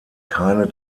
keine